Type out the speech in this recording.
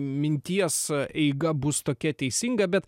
minties eiga bus tokia teisinga bet